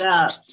up